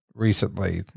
recently